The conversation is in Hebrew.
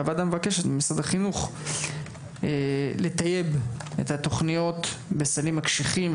והוועדה מבקשת ממשרד החינוך לתייב את התוכניות בסלים הקשיחים,